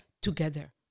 together